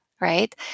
right